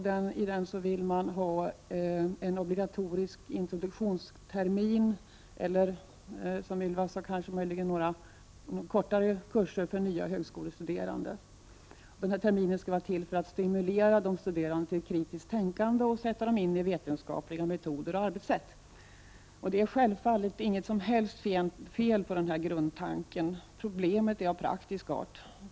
Man vill i den ha en obligatorisk introduktionstermin eller kortare introduktionskurser för nya högskolestuderande. Terminen skall vara till för att stimulera de studerande till kritiskt tänkande och sätta dem in i vetenskapliga metoder och arbetssätt. Det är självfallet inget som helst fel på denna grundtanke. Problemet är av praktisk art.